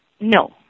No